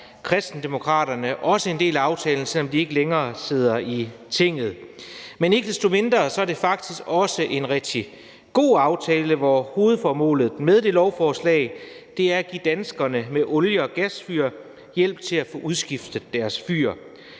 Kristendemokraterne også en del af aftalen, selv om de ikke længere sidder i Tinget. Men ikke desto mindre er det faktisk også en rigtig god aftale, hvor hovedformålet med det her lovforslag er at give danskere med olie- og gasfyr hjælp til at få udskiftet deres fyr.